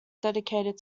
dedicated